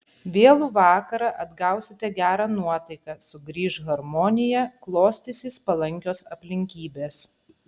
vėlų vakarą atgausite gerą nuotaiką sugrįš harmonija klostysis palankios aplinkybės